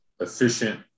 efficient